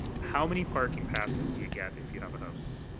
how many parking passes do you get if you have a house?